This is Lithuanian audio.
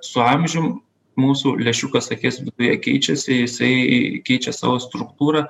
su amžium mūsų lęšiukas akies viduje keičiasi jisai keičia savo struktūrą